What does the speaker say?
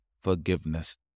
forgiveness